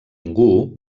ningú